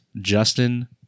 Justin